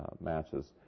matches